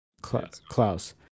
Klaus